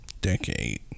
Decade